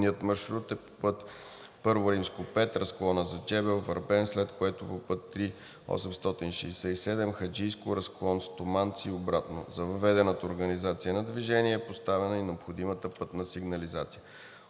Обходният маршрут е по път I-5 разклона за Джебел – Върбен, след което по път III-867 Хаджийско – разклон Стоманци и обратно. За въведената организация на движение е поставена и необходимата пътна сигнализация.